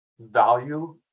value